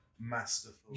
masterful